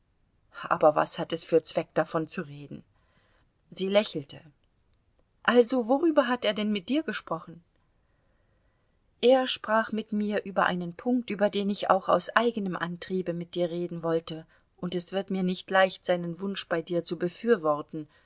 aber was hat es für zweck davon zu reden sie lächelte also worüber hat er denn mit dir gesprochen er sprach mit mir über einen punkt über den ich auch aus eigenem antriebe mit dir reden wollte und es wird mir leicht seinen wunsch bei dir zu befürworten